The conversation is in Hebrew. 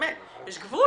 באמת, יש גבול.